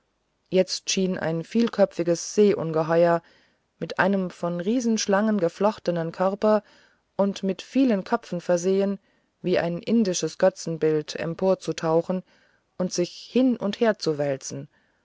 jetzt schien ein vielköpfiges seeungeheuer mit einem von riesenschlangen geflochtenen körper und mit vielen köpfen versehen wie ein indisches götzenbild emporzutauchen und sich hin und her zu wälzen